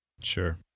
Sure